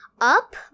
up